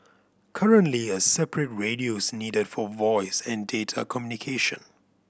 currently a separate radio's needed for voice and data communication